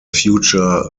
future